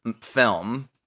film